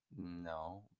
No